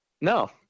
No